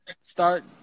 start